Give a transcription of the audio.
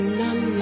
none